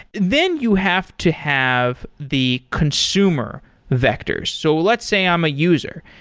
then you have to have the consumer vectors. so let's say i'm a user.